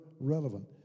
Relevant